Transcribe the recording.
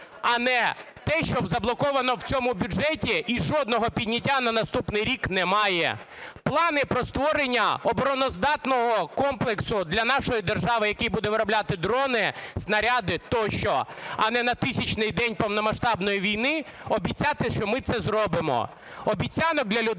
а не те, що заблоковано в цьому бюджеті і жодного підняття на наступний рік немає; плани про створення обороноздатного комплексу для нашої держави, який буде виробляти дрони, снаряди тощо, а не на 1000-й день повномасштабної війни обіцяти, що ми це зробимо. Обіцянок для людей